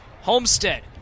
Homestead